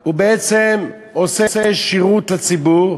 הוא בעצם עושה שירות לציבור,